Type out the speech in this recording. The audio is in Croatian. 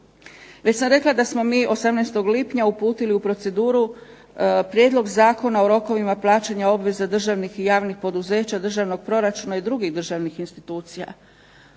Već sam rekla da smo mi 18. lipnja uputili u proceduru Prijedlog zakona o rokovima plaćanja obveza državnih i javnih poduzeća, državnog proračuna i drugih državnih institucija.